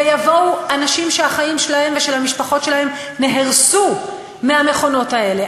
ויבואו אנשים שהחיים שלהם ושל המשפחות שלהם נהרסו מהמכונות האלה.